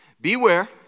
Beware